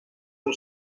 del